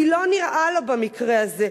כי לא נראה לו במקרה הזה.